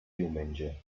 diumenge